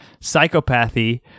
psychopathy